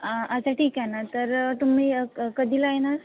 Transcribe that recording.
अच्छा ठीक आहे ना तर तुम्ही कधीला येणार